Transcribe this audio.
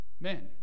Men